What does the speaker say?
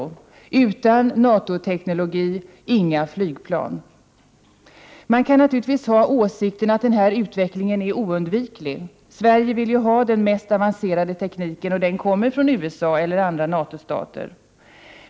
Utan NATO-teknologin inga flygplan. Man kan naturligtvis ha åsikten att den här utvecklingen är oundviklig. Sverige vill ju ha den mest avancerade tekniken, och den kommer från USA eller andra NATO-stater.